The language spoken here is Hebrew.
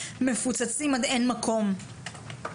מפוצצים עד אפס מקום.